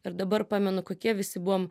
ir dabar pamenu kokie visi buvom